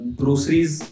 groceries